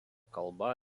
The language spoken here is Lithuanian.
kalba